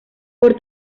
por